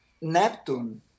Neptune